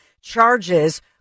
charges